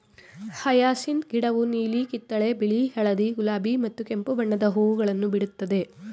hyacinth ಗಿಡವು ನೀಲಿ, ಕಿತ್ತಳೆ, ಬಿಳಿ, ಹಳದಿ, ಗುಲಾಬಿ ಮತ್ತು ಕೆಂಪು ಬಣ್ಣದ ಹೂಗಳನ್ನು ಬಿಡುತ್ತದೆ